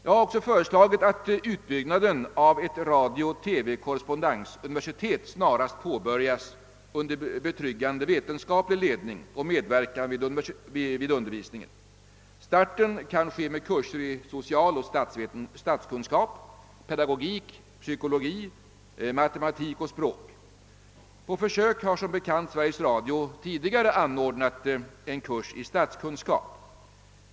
Jag har också förslagit att utbygdnaden av ett radiooch TV-korrespondensuniversitet snarast påbörjas under betryggande vetenskaplig ledning och medverkan vid undervisningen. Starten kan göras med kurser i socialoch statskunskap, pedagogik, psykologi, matematik och språk. På försök har som bekant Sveriges Radio tidigare anordnat en kurs i statskunskap.